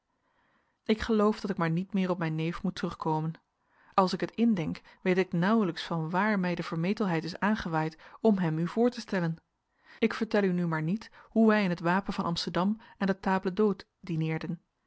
ik geloof dat ik maar niet meer op mijn neef moet terugkomen als ik het indenk weet ik nauwelijks van waar mij de vermetelheid is aangewaaid om hem u voortestellen ik vertel u nu maar niet hoe wij in het wapen van amsterdam aan de table d'hôte dineerden